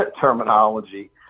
terminology